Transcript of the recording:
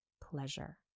pleasure